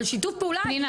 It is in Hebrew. אבל שיתוף פעולה,